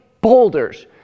boulders